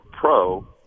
pro